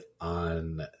on